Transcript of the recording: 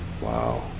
Wow